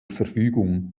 verfügung